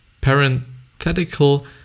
parenthetical